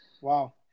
Wow